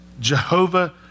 Jehovah